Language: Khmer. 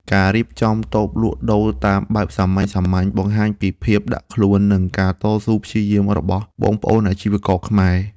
ការរៀបចំតូបលក់ដូរតាមបែបសាមញ្ញៗបង្ហាញពីភាពដាក់ខ្លួននិងការតស៊ូព្យាយាមរបស់បងប្អូនអាជីវករខ្មែរ។